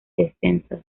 descensos